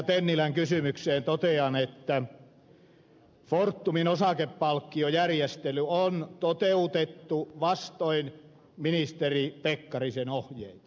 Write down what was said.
tennilän kysymykseen totean että fortumin osakepalkkiojärjestely on toteutettu vastoin ministeri pekkarisen ohjeita